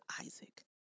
Isaac